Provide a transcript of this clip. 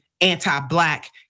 anti-black